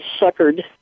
suckered